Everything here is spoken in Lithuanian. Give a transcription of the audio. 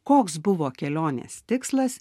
koks buvo kelionės tikslas